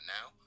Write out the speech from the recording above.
now